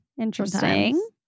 Interesting